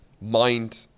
Mind